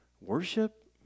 worship